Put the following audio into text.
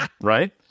right